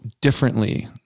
differently